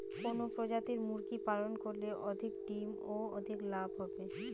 কোন প্রজাতির মুরগি পালন করলে অধিক ডিম ও অধিক লাভ হবে?